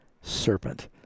serpent